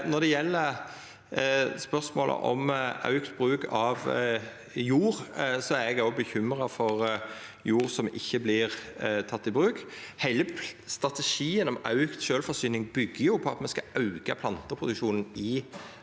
Når det gjeld spørsmålet om auka bruk av jord, er eg òg bekymra for jord som ikkje vert teken i bruk. Heile strategien om auka sjølvforsyning byggjer på at me skal auka planteproduksjonen i